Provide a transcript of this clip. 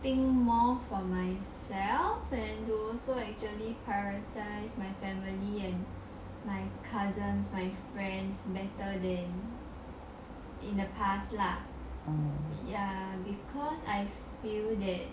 think more for myself and to also actually prioritise my family and my cousins my friends better than in the past lah ya because I feel that